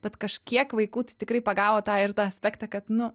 bet kažkiek vaikų tai tikrai pagavo tą ir tą aspektą kad nu